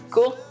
Cool